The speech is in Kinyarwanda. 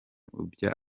byaba